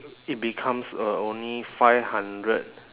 it becomes uh only five hundred